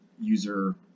user